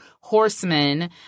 horsemen